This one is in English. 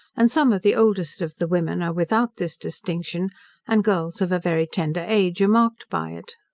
and some of the oldest of the women are without this distinction and girls of a very tender age are marked by it.